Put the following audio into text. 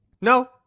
No